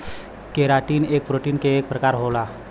keratin एक protein क प्रकार होला